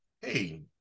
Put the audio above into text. Hey